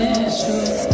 issues